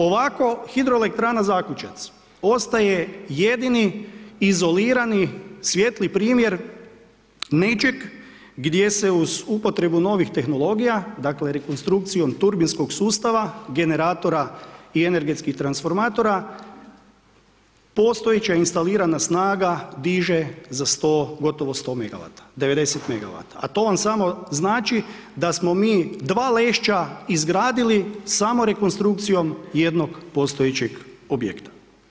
Ovako HE Zakučac ostaje jedini izolirani svijetli primjer nečeg gdje se uz upotrebu novih tehnologija dakle rekonstrukcijom turbinskog sustava generatora i energetskih transformatora postojeća instalirana snaga diže za gotovo 100 MW, 90 MW, a to vam samo znači da smo mi dva Lešća izgradili samo rekonstrukcijom jednog postojećeg objekta.